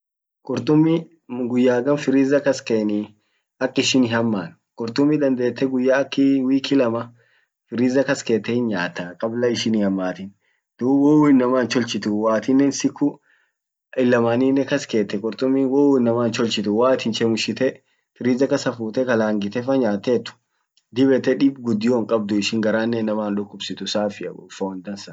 Qurtumii guyya hagam freezer kas keeni ak ishin hiaman. qurtumi dandette guyya akii wiki lama freezer kas kette hin nyaatta kabla ishin hiamatin. duub woyu inama hin tolchituu woatinen siku illamaninen kas kette qurtumin woyu innama hin tolchituu woatinen chemshitee freezer kasa fuute kalangite fon nyaattet dib yette dib gudio hinqabdu ishin garannen innama hin dukubsituu safi fon dansa.